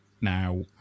now